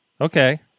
Okay